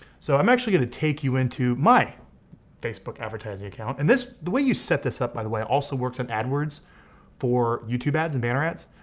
so i'm actually gonna take you into my facebook advertising account and this, the way you set this up by the way also works on adwords for youtube ads and banner ads.